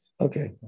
Okay